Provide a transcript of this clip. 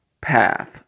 path